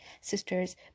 sisters